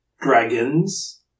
Dragons